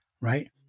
right